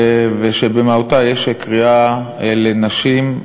ובמהותה יש קריאה לנשים,